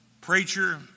preacher